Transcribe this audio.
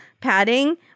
padding